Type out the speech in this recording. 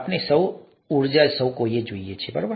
આપણે સૌર ઉર્જા જોઈ રહ્યા છીએ ને